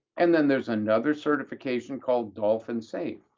and then there's another certification called dolphin safe.